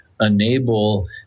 enable